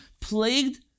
plagued